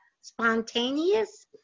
spontaneous